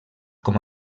com